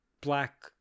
black